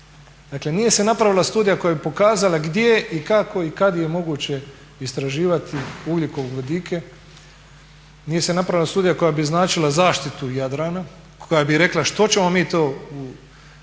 Dakle nije se napravila studija koja bi pokazala gdje i kako i kada je moguće istraživati ugljikovodike, nije se napravila studija koja bi značila zaštitu Jadrana koja bi rekla što ćemo mi to u